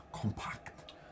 compact